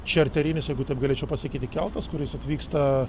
čerterinis jeigu taip galėčiau pasakyti keltas kuris atvyksta